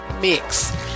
mix